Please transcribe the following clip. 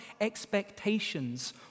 expectations